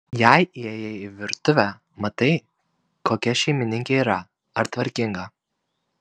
jei įėjai į virtuvę matai kokia šeimininkė yra ar tvarkinga